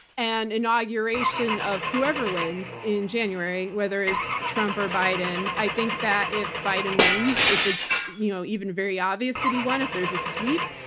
and inauguration of whoever wins in january, whether it's trump or biden. i think that if biden wins, if it's you know even very obvious that he won, if there's a sweep,